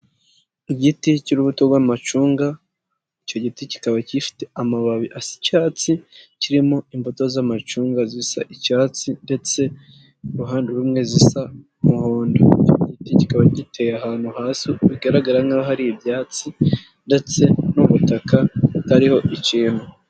Igiti cy'urubuto rw'amacunga, icyo giti kikaba gifite amababi asa icyatsi, kirimo imbuto z'amacunga zisa icyatsi ndetse uruhande rumwe zisa umuhondo; icyo giti kikaba giteye ahantu hasi bigaragara nk'aho hari ibyatsi ndetse n'ubutaka butariho ikintu.